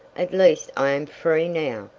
at least i am free now,